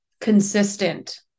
consistent